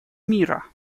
мира